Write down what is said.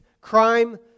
crime